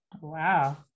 wow